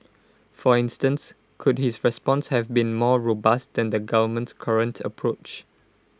for instance could his response have been more robust than the government's current approach